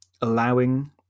allowing